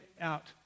out